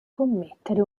commettere